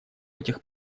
этих